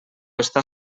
està